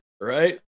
right